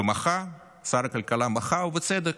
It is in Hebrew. ושר הכלכלה מחה, ובצדק,